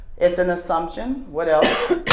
it's an assumption. what else?